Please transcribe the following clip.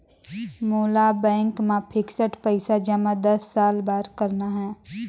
मोला बैंक मा फिक्स्ड पइसा जमा दस साल बार करना हे?